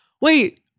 wait